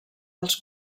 als